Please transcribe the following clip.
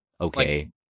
okay